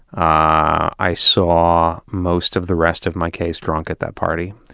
i saw most of the rest of my case drunk at that party.